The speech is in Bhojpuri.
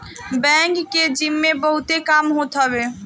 बैंक के जिम्मे बहुते काम होत हवे